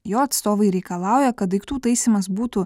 jo atstovai reikalauja kad daiktų taisymas būtų